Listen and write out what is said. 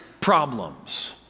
problems